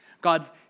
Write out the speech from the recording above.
God's